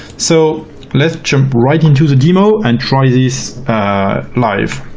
so let's jump right into the demo and try this live.